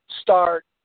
start